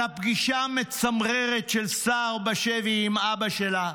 על הפגישה המצמררת של סהר בשבי עם אבא שלה,